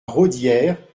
raudière